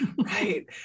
right